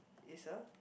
is a